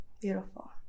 Beautiful